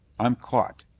i'm caught.